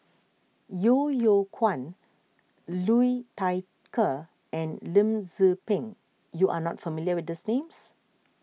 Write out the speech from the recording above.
Yeo Yeow Kwang Liu Thai Ker and Lim Tze Peng you are not familiar with these names